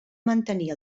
mantenir